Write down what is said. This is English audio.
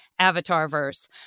Avatarverse